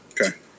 Okay